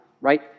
Right